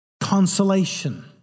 consolation